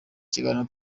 kiganiro